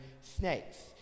snakes